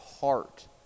heart